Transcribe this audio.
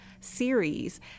series